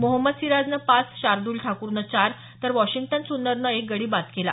मोहम्मद सिराजनं पाच शार्दल ठाक्रनं चार तर वॉशिंग्टन सुंदरनं एक गडी बाद केला